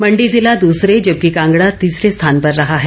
मण्डी जिला दसरे जबकि कांगडा तीसरे स्थान पर रहा है